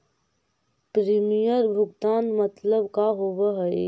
Premium भुगतान मतलब का होव हइ?